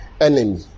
enemy